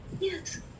Yes